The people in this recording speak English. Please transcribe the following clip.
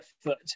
foot